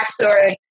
backstory